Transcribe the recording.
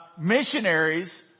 missionaries